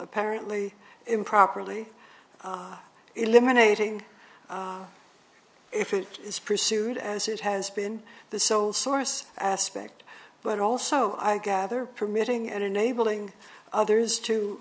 apparently improperly eliminating if it is pursued as it has been the sole source aspect but also i gather permitting and enabling others